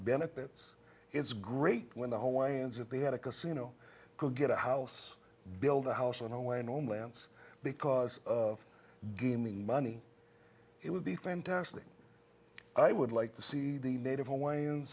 benefits it's great when the hawaiians if they had a casino could get a house build a house and i went on lanse because of gaming money it would be fantastic i would like to see the native hawaiian